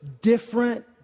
different